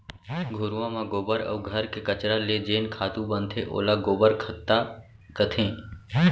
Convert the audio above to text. घुरूवा म गोबर अउ घर के कचरा ले जेन खातू बनथे ओला गोबर खत्ता कथें